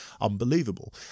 unbelievable